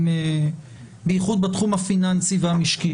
בייחוד בתחום הפיננסי והמשקי